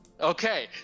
Okay